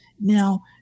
Now